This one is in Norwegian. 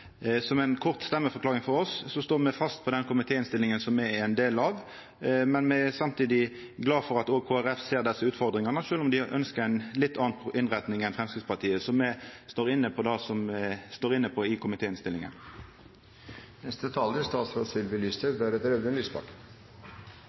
er ein del av, men me er samtidig glad for at òg Kristeleg Folkeparti ser desse utfordringane, sjølv om dei ønskjer ei litt anna innretning enn Framstegspartiet. Me står inne på det som me står inne på i